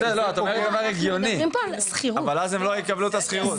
את אומרת דבר הגיוני אבל אז הם לא יקבלו את השכירות.